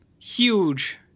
Huge